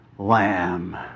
lamb